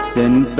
in